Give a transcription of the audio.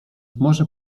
może